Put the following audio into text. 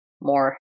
more